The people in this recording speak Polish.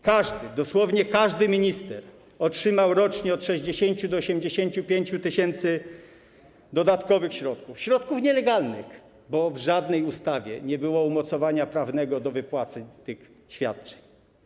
Każdy, dosłownie każdy minister otrzymał rocznie od 60 do 85 tys. zł dodatkowych środków, środków nielegalnych, bo w żadnej ustawie nie było umocowania prawnego do wypłacenia tych świadczeń.